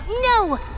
No